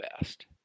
best